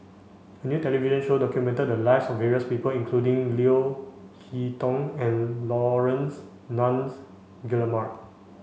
a new television show documented the lives of various people including Leo Hee Tong and Laurence Nunns Guillemard